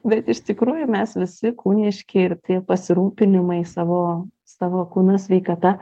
bet iš tikrųjų mes visi kūniški ir tie pasirūpinimai savo savo kūno sveikata